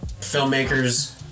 filmmakers